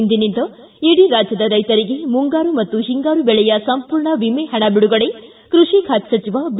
ಇಂದಿನಿಂದ ಇಡೀ ರಾಜ್ಯದ ರೈತರಿಗೆ ಮುಂಗಾರು ಮತ್ತು ಹಿಂಗಾರು ಬೆಳೆಯ ಸಂಪೂರ್ಣ ವಿಮೆ ಹಣ ಬಿಡುಗಡೆ ಕೃಷಿ ಖಾತೆ ಸಚಿವ ಬಿ